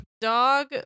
Dog